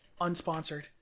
Unsponsored